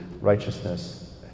righteousness